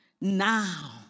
now